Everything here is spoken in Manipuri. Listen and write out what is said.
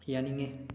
ꯌꯥꯅꯤꯡꯉꯤ